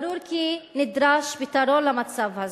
ברור כי נדרש פתרון למצב הזה.